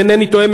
אם אינני טועה,